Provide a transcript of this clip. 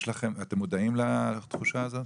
אתם מודעים לתחושה הזאת?